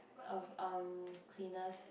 of um cleaners